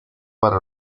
para